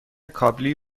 کابلی